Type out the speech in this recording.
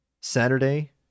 Saturday